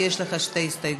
כי יש לך שתי הסתייגויות.